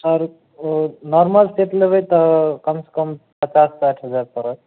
sir ओ normal set लेबै तऽ कमसँ कम पचास साठि हजार पड़त